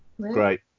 Great